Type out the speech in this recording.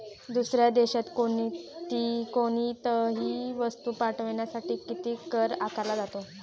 दुसऱ्या देशात कोणीतही वस्तू पाठविण्यासाठी किती कर आकारला जातो?